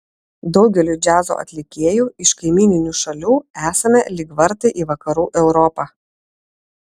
daugeliui džiazo atlikėjų iš kaimyninių šalių esame lyg vartai į vakarų europą